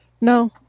No